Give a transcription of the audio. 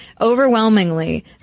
overwhelmingly